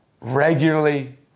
regularly